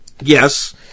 yes